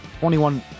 21